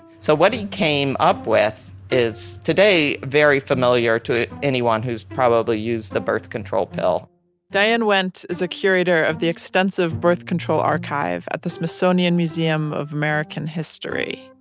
so what he came up with is today, very familiar to anyone who's probably used the birth control pill diane wendt is a curator of the extensive birth control archive at the smithsonian museum of american history.